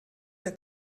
der